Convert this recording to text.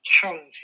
talented